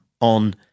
on